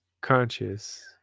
conscious